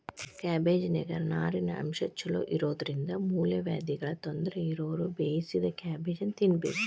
ಕ್ಯಾಬಿಜ್ನಾನ್ಯಾಗ ನಾರಿನಂಶ ಚೋಲೊಇರೋದ್ರಿಂದ ಮೂಲವ್ಯಾಧಿಗಳ ತೊಂದರೆ ಇರೋರು ಬೇಯಿಸಿದ ಕ್ಯಾಬೇಜನ್ನ ತಿನ್ಬೇಕು